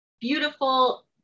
beautiful